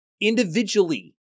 individually